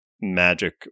magic